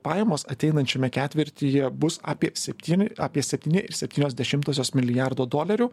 pajamos ateinančiame ketvirtyje bus apie septyni apie septyni ir septynios dešimtosios milijardo dolerių